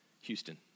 Houston